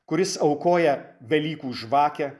kuris aukoja velykų žvakę